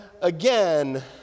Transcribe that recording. again